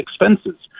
expenses